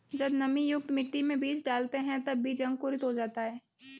जब नमीयुक्त मिट्टी में बीज डालते हैं तब बीज अंकुरित हो जाता है